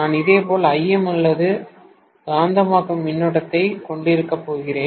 நான் இதேபோல் Im அல்லது காந்தமாக்கும் மின்னோட்டத்தைக் கொண்டிருக்கப் போகிறேன்